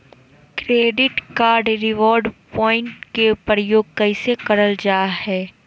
Credit card reward point के प्रयोग कैसे करल जा है?